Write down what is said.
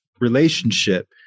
relationship